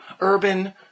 urban